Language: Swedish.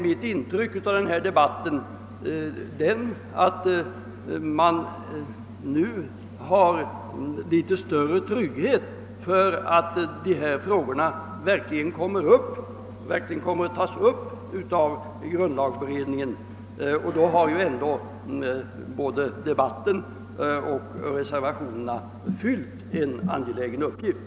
Mitt intryck av denna debatt är, herr talman, att man nu har litet större trygghet för att denna fråga verkligen kommer att tas upp av grundlagberedningen. I så fall har ju både debatten och reservationerna fyllt en angelägen uppgift.